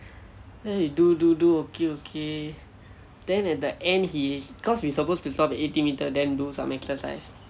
then we do do do okay then at the end he he cause we suppose to stop at eighty metre then do some exercise